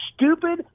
stupid